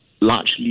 Largely